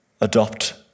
adopt